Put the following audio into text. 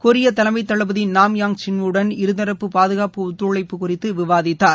Korea தலைமை தளபதி Nam Yang Shin வுடன் இருதரப்பு பாதுகாப்பு ஒத்துழைப்பு குறித்து விவாதித்தார்